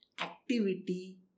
activity